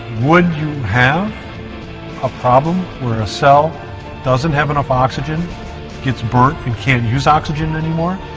would you have a problem were a cell doesn't have enough oxygen gets burnt and can't use oxygen anymore?